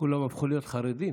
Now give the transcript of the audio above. כולם הפכו להיות חרדים.